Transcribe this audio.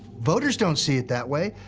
voters don't see it that way.